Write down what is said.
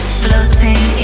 floating